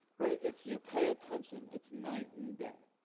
right? if you pay attention it's night and day.